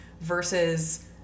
versus